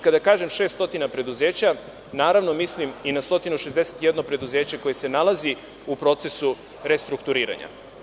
Kada kažem 600 preduzeća, naravno mislim i na 161 preduzeće koje se nalazi u procesu restrukturiranja.